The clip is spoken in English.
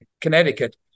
Connecticut